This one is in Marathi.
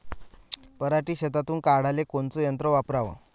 पराटी शेतातुन काढाले कोनचं यंत्र वापराव?